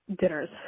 dinners